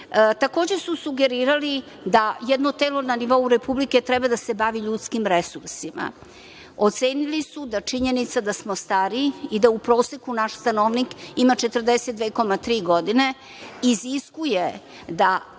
su sugerirali da jedno telo na nivou Republike treba da se bavi ljudskim resursima. Ocenili su da činjenica da smo stari i da u proseku naš stanovnik ima 42,3 godine, iziskuje da